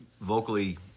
vocally